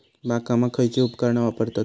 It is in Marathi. बागकामाक खयची उपकरणा वापरतत?